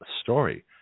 story